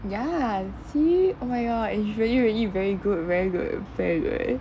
ya see oh my god it's really really very good very good very good